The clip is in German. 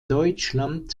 deutschland